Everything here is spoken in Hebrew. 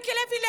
למיקי לוי?